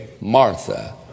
Martha